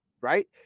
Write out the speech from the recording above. right